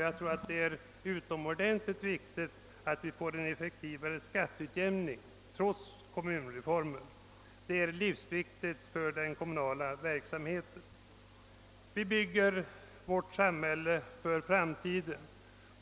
Jag tror också det är utomordentligt viktigt att vi får en effektivare skatteutjämning. Det är livsviktigt för den kommunala verksamheten. Vi bygger vårt samhälle för framtiden.